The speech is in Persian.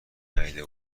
ندیده